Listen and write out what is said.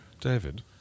David